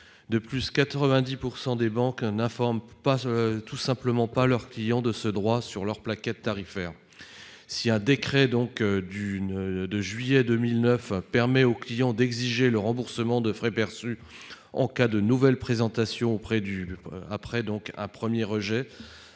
De plus, 90 % des banques n'informent tout simplement pas leurs clients de ce droit sur leur plaquette tarifaire. Un décret de juillet 2009 permet certes au client d'exiger le remboursement des frais perçus en cas de nouvelle tentative de prélèvement après un premier rejet,